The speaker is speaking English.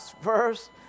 first